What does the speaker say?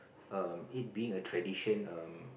um it being a tradition um